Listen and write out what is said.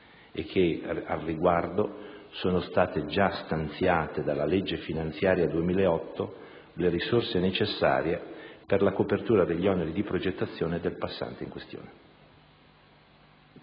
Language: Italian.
e che, al riguardo, sono state già stanziate dalla legge finanziaria 2008 le risorse necessarie per la copertura degli oneri di progettazione del passante in questione.